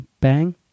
bang